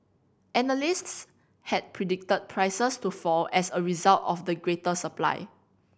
analysts had predicted prices to fall as a result of the greater supply